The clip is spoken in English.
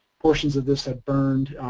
portions of this have burned